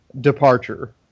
departure